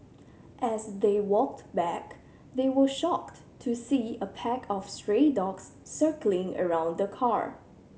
as they walked back they were shocked to see a pack of stray dogs circling around the car